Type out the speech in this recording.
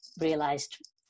realized